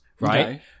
right